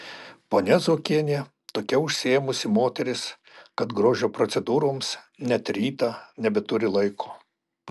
ponia zuokienė tokia užsiėmusi moteris kad grožio procedūroms net rytą nebeturi laiko